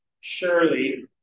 surely